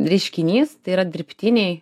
reiškinys tai yra dirbtiniai